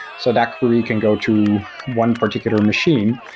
so that query can go to one particular machine,